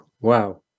Wow